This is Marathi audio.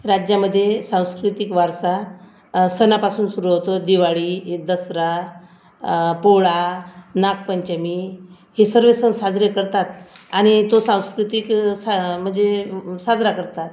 राज्यामध्ये सांस्कृतिक वारसा सणापासून सुरू होतो दिवाळी दसरा पोळा नागपंचमी हे सगळे सण साजरे करतात आणि तो सांस्कृतिक सा म्हणजे साजरा करतात